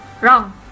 Wrong